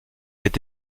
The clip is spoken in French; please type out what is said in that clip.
est